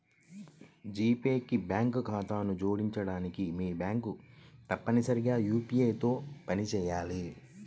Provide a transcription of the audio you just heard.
G pay కి bank ఖాతాను జోడించడానికి, మీ బ్యాంక్ తప్పనిసరిగా యూ.పీ.ఐ తో పనిచేయాలి